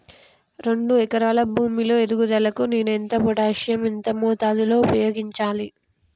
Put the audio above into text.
రెండు ఎకరాల భూమి లో ఎదుగుదలకి నేను పొటాషియం ఎంత మోతాదు లో ఉపయోగించాలి?